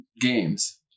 games